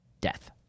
death